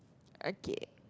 okay